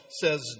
says